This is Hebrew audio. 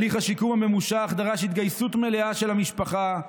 הליך השיקום הממושך דרש התגייסות מלאה של המשפחה,